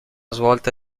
svolta